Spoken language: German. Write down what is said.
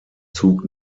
zug